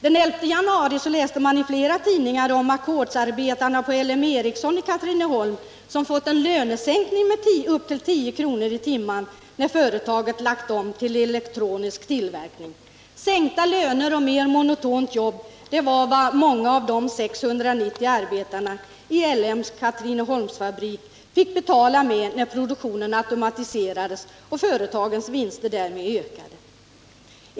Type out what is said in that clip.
Den 11 januari kunde man i flera tidningar läsa att ackordsarbetarna vid L M Ericsson i Katrineholm fått en lönesänkning med upp till 10 kr. i timmen sedan företaget lagt om till elektronisk tillverkning. Sänkta löner och mer monotont jobb var vad många av de 690 arbetarna vid LM:s Katrineholmsfabrik fick betala med när produktionen automatiserades och företagens vinster därmed ökade.